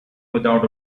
without